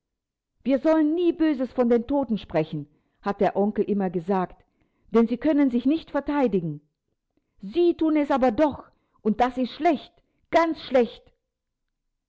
wir sollen nie böses von den toten sprechen hat der onkel immer gesagt denn sie können sich nicht verteidigen sie thun es aber doch und das ist schlecht ganz schlecht